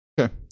Okay